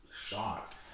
shot